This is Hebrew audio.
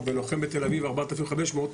ולוחם בתל אביב ארבעת אלפים חמש מאות,